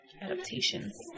adaptations